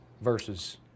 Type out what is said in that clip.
versus